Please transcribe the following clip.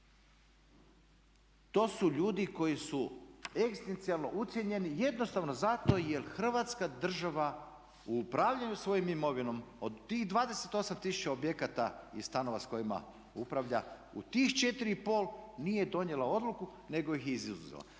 To su ljudi koji su ekstencijalno ucijenjeni jednostavno zato jer Hrvatska država u upravljanju svojom imovinom od tih 28 tisuća objekata i stanova s kojima upravlja u tih 4,5 nije donijela odluku, nego ih je izuzela.